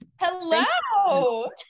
Hello